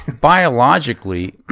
Biologically